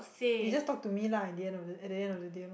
you just talk to me lah at the end of the at the end of the day lor